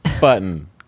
button